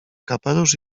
kapelusz